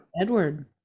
Edward